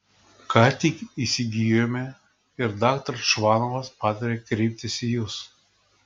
ką tik įsigijome ir daktaras čvanovas patarė kreiptis į jus